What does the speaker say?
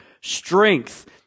Strength